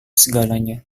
segalanya